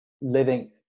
living